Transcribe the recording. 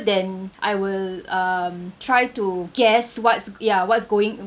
then I will um try to guess what's ya what's going